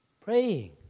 praying